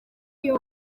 uyu